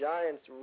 Giants